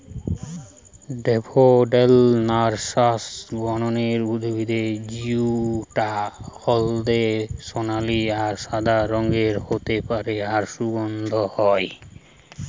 daffodil narcissus গণের উদ্ভিদ জউটা হলদে সোনালী আর সাদা রঙের হতে পারে আর সুগন্ধি হয়